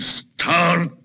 start